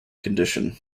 condition